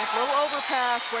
little over pass,